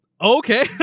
Okay